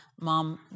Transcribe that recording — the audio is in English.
mom